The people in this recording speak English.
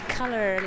color